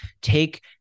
take